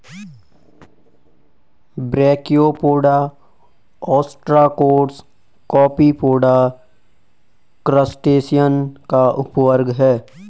brachiopoda, ostracods, copepoda, crustacean का उपवर्ग है